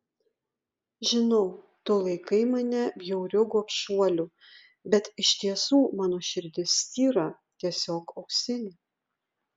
žinau tu laikai mane bjauriu gobšuoliu bet iš tiesų mano širdis tyra tiesiog auksinė